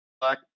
Black